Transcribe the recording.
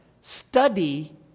Study